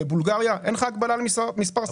בבולגריה אין לך הגבלה למספר השחקנים.